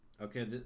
okay